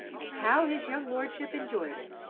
and how his young lordship enjoyed it!